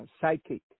psychic